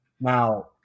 Now